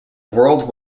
world